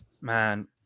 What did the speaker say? Man